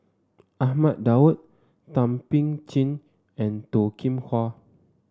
Ahmad Daud Thum Ping Tjin and Toh Kim Hwa